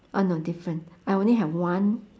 uh no different I only have one